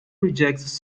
rejects